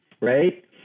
Right